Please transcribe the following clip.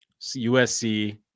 USC